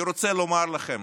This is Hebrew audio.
אני רוצה לומר לכם,